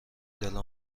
دلم